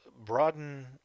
broaden